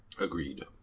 Agreed